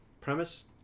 premise